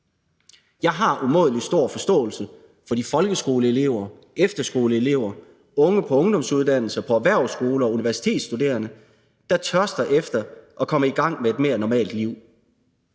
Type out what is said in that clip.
Jeg har umådelig stor forståelse for de folkeskoleelever, efterskoleelever, unge på ungdomsuddannelser og på erhvervsskoler og universitetsstuderende, der længes efter at komme i gang med et mere normalt liv,